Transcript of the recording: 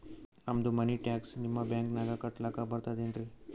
ನಮ್ದು ಮನಿ ಟ್ಯಾಕ್ಸ ನಿಮ್ಮ ಬ್ಯಾಂಕಿನಾಗ ಕಟ್ಲಾಕ ಬರ್ತದೇನ್ರಿ?